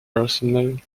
personnel